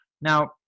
Now